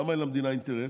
למה אין למדינה אינטרס?